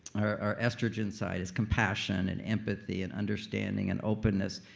our our estrogen side. it's compassion and empathy and understanding and openness.